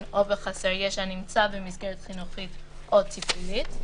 או בחסר ישע הנמצא במסגרת חינוכית או טיפולית,